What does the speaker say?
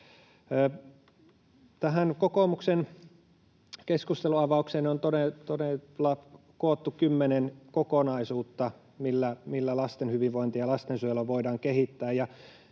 Tähän kokoomuksen keskusteluavaukseen on todella koottu kymmenen kokonaisuutta, millä lasten hyvinvointia ja lastensuojelua voidaan kehittää,